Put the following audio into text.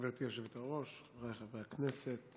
גברתי היושבת-ראש, חבריי חברי הכנסת,